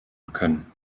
können